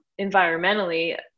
environmentally